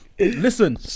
Listen